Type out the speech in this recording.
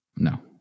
No